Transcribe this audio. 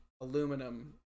aluminum